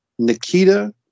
Nikita